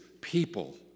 people